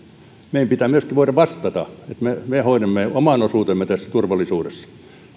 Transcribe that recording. meidän pitää myöskin voida vastata kansalaisille että me me hoidamme oman osuutemme tässä turvallisuudessa